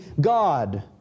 God